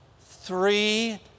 three